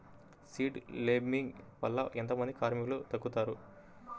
Seed లేంబింగ్ వల్ల ఎంత మంది కార్మికులు తగ్గుతారు?